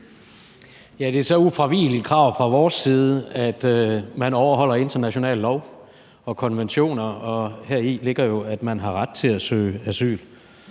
Det er så et ufravigeligt krav fra vores side, at man overholder internationale love og konventioner, og heri ligger jo, at man har ret til at søge asyl,